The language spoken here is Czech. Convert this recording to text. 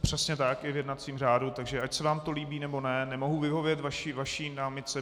Přesně tak, je v jednacím řádu, takže ať se vám to líbí, nebo ne, nemohu vyhovět vaší námitce.